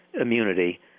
immunity